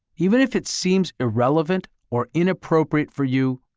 even if it seems irrelevant or inappropriate for you,